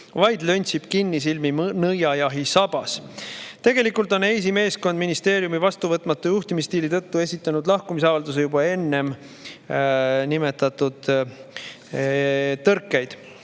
vaid löntsib kinnisilmi nõiajahi sabas. Tegelikult esitas EIS-i meeskond ministeeriumi vastuvõetamatu juhtimisstiili tõttu lahkumisavalduse juba enne nimetatud tõrkeid,